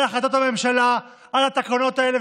על החלטות הממשלה, על התקנות האלה.